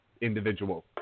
individual